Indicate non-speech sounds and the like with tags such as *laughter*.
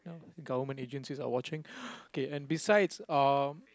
government agencies are watching *breath* okay and besides uh